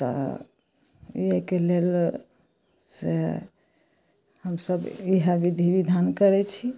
तऽ ई एहिके लेल से हमसभ इएहे विधि बिधान करै छी